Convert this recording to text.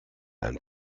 einen